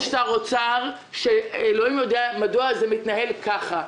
יש שר אוצר שאלוקים יודע מדוע זה מתנהל ככה.